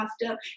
master